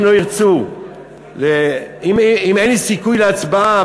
אם אין לי סיכוי בהצבעה,